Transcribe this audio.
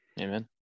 Amen